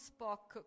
Spock